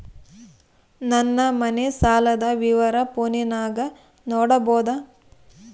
ನನ್ನ ಮನೆ ಸಾಲದ ವಿವರ ಫೋನಿನಾಗ ನೋಡಬೊದ?